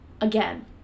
again